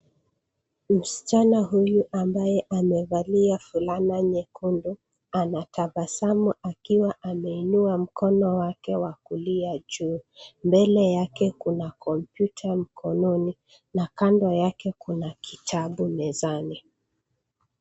Msichana huyu ambaye amevalia fulana nyekundu anatabasamu akiwa ameinua mkono wake wa kulia juu. Mbele yake kuna kompyuta mkononi na kando yake kuna kitabu mezani.